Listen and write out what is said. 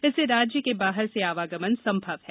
इससे राज्य के बाहर से आवागमन संभव है